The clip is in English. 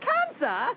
Cancer